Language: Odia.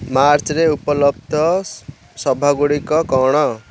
ମାର୍ଚ୍ଚରେ ଉପଲବ୍ଧ ସଭା ଗୁଡ଼ିକ କ'ଣ